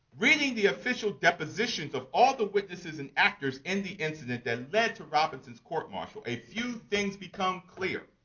reading the official depositions of all the witnesses and actors in the incident that led to robinson's court-martial, a few things become clear.